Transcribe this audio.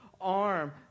arm